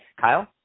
Kyle